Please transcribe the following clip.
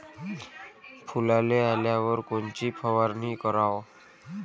फुलाले आल्यावर कोनची फवारनी कराव?